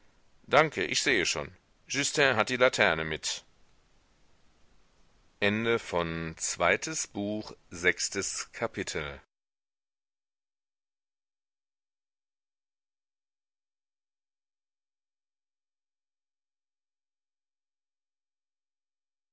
danke ich sehe schon justin hat die laterne mit siebentes kapitel